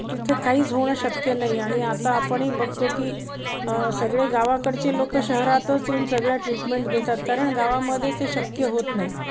तिथे काहीच होणं शक्य नाही आणि आता आपणही बघतो की सगळे गावाकडचे लो शहरातच येऊन सगळ्या ट्रीटमेंट देतात कारण गावामध्ये ते शक्य होत नाही